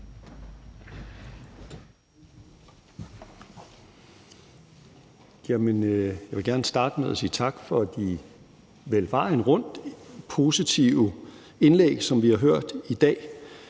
Jeg vil gerne starte med at sige tak for de vel hele vejen rundt positive indlæg, som vi har hørt i dag.